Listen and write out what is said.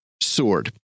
sword